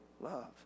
love